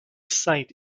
site